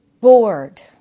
bored